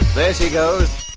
there she goes